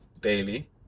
daily